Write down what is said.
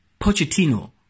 Pochettino